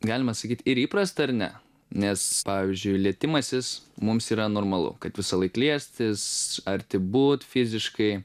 galima sakyt ir įprasta ir ne nes pavyzdžiui lietimasis mums yra normalu kad visąlaik liestis arti būt fiziškai